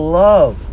love